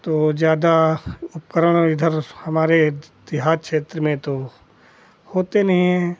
तो ज़्यादा उपकरण इधर हमारे देहात क्षेत्र में तो होते नहीं हैं